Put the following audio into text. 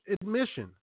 admission